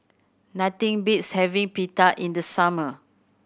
nothing beats having Pita in the summer